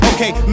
Okay